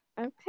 Okay